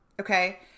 okay